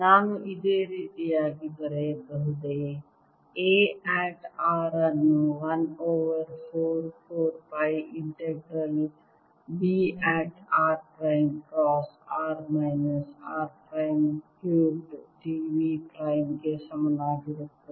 ನಾನು ಇದೇ ರೀತಿಯಾಗಿ ಬರೆಯಬಹುದೇ A ಅಟ್ r ಅನ್ನು 1 over 4 4 pi integral B at r prime cross r minus r prime cube d v prime ಗೆ ಸಮನಾಗಿರುತ್ತದೆ